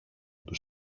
του